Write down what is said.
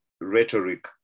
rhetoric